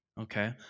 Okay